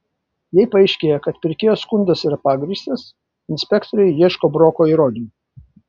jei paaiškėja kad pirkėjo skundas yra pagrįstas inspektoriai ieško broko įrodymų